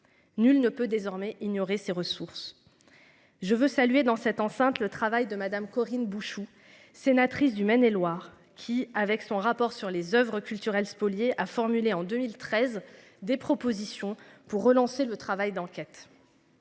Nul ne peut désormais ignorer ces ressources. Je veux saluer dans cette enceinte, le travail de Madame Corinne Bouchoux sénatrice du Maine et Loire qui avec son rapport sur les Oeuvres culturelles spoliés a formulé en 2013 des propositions pour relancer le travail d'enquête.